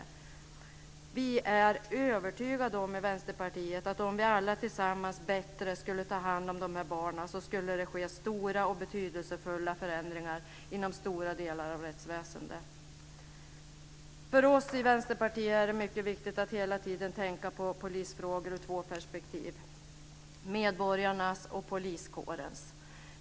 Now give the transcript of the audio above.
Vi i Vänsterpartiet är övertygade om att om vi alla tillsammans bättre skulle ta hand om dessa barn skulle det ske stora och betydelsefulla förändringar inom stora delar av rättsväsendet. För oss i Vänsterpartiet är det mycket viktigt att hela tiden tänka på polisfrågor ur två perspektiv: medborgarnas och poliskårens.